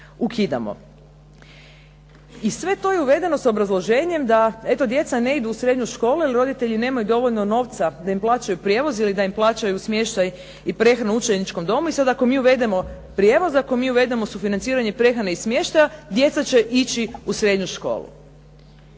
ukidamo. I sve to je uvedeno s obrazloženjem da eto, djeca ne idu u srednju školu jer roditelji nemaju dovoljno novca da im plaćaju prijevoz ili da im plaćaju smještaj i prehranu u učeničkom domu i sad ako mi uvedemo prijevoz, ako mi uvedemo sufinanciranje prehrane i smještaja, djeca će ići u srednju školu.